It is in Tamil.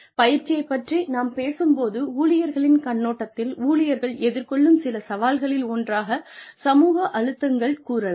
பயிற்சியைப் பற்றி நாம் பேசும்போது ஊழியர்களின் கண்ணோட்டத்தில் ஊழியர்கள் எதிர்கொள்ளும் சில சவால்களில் ஒன்றாக சமூக அழுத்தங்கள் கூறலாம்